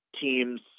teams